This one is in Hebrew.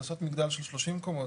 לעשות מגדל של 30 קומות,